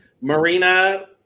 Marina